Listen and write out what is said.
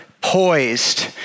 poised